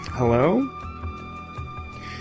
Hello